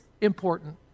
important